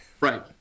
Right